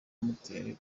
moteri